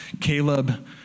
Caleb